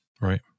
Right